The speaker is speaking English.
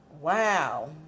Wow